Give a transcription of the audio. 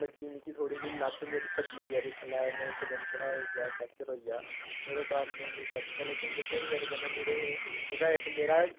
लग्गी गेई मिकी थोह्ड़ी जेही लत्त मेरी भज्जी गेई इ'या थ'ल्ला में इक दिन थोह्ड़ा होइया फ्रैक्चर होई गेआ ओह्दे कारण में नेईं जाई सकेआ लेकिन जेह्के मेरे कन्नै मुड़े हे जेह्का इक मेरा